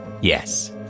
Yes